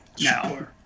now